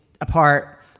apart